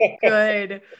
good